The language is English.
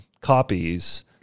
copies